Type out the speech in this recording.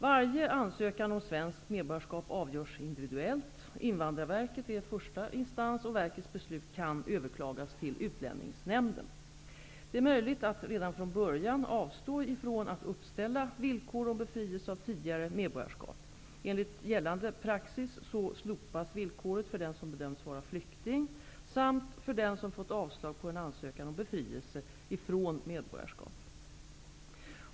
Varje anökan om svenskt medborgarskap avgörs individuellt. Invandrarverket är första instans, och verkets beslut kan överklagas till Utlänningsnämnden. Det är möjligt att redan från början avstå från att uppställa villkor om befrielse av tidigare medborgarskap. Enligt gällande praxis slopas villkoret för den som bedömts vara flykting samt för den som fått avslag på en ansökan om befrielse från medborgarskap.